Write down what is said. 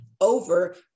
over